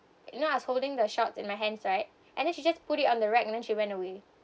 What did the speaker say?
know I was holding the shorts in my hands right and then she just put it on the right and then she went away